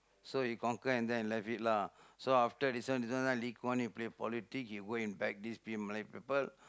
so he conquer and then he left it lah so after this one this one like Lee Kuan Yew play politic he go and beg this Malay people